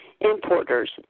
importers